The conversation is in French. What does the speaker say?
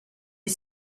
est